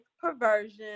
perversion